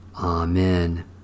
Amen